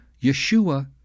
Yeshua